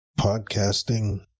podcasting